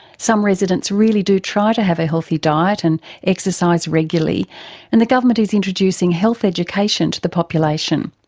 some residents really do try to have a healthy diet and exercise regularly and the government is introducing health education to the population.